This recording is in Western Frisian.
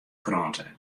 krante